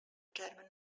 german